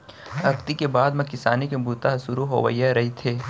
अक्ती के बाद म किसानी के बूता ह सुरू होवइया रहिथे